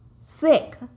sick